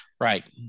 Right